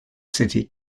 city